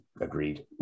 agreed